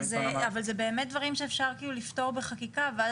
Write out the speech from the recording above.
אבל זה באמת דברים שאפשר לפטור בחקיקה ואז